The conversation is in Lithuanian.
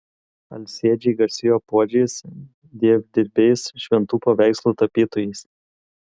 alsėdžiai garsėjo puodžiais dievdirbiais šventų paveikslų tapytojais